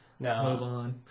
No